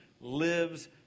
lives